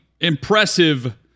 Impressive